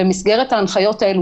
במסגרת ההנחיות האלו,